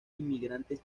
inmigrantes